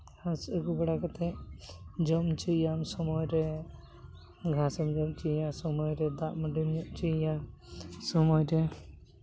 ᱜᱷᱟᱥ ᱟᱹᱜᱩ ᱵᱟᱲᱟ ᱠᱟᱛᱮᱫ ᱡᱚᱢ ᱦᱚᱪᱚᱭᱮᱭᱟᱢ ᱥᱚᱢᱚᱭ ᱨᱮ ᱜᱷᱟᱥ ᱮᱢ ᱡᱚᱢ ᱦᱚᱪᱚᱭᱮᱭᱟ ᱥᱚᱢᱚᱭ ᱨᱮ ᱫᱟᱜ ᱢᱟᱺᱰᱤᱢ ᱧᱩ ᱦᱚᱪᱚᱭᱮᱭᱟ ᱥᱚᱢᱚᱭ ᱨᱮ